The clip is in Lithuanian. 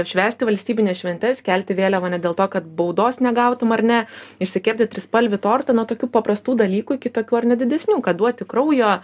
švęsti valstybines šventes kelti vėliavą ne dėl to kad baudos negautum ar ne išsikepti trispalvį tortą nuo tokių paprastų dalykų iki tokių ar ne didesnių ką duoti kraujo